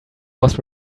was